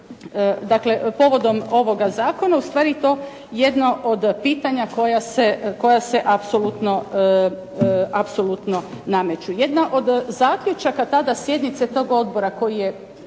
dakle povodom ovoga zakona u stvari to jedno od pitanja koja se apsolutno nameću. Jedan od zaključaka tada sjednice tog odbora koji je